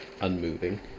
Unmoving